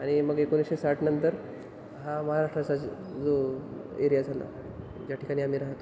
आणि मग एकोणीशे साठ नंतर हा महाराष्ट्राचा जो एरिया झाला ज्या ठिकाणी आम्ही राहतो